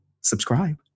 Subscribe